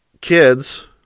kids